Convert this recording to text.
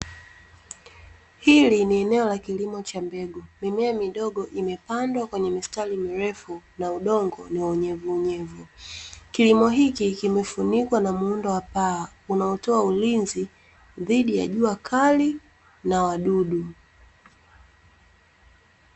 Hili ni eneo la kilimo cha mbegu, mimea midogo imepandwa kwenye mistari mirefu, na udongo ni wa unyevunyevu. Kilimo hiki kimefunikwa na muundo wa paa, kutoa ulinzi dhidi ya jua kali, na wadudu.